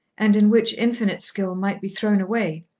and in which infinite skill might be thrown away.